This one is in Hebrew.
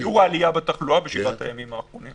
שיעור העלייה בתחלואה בשבעת הימים האחרונים.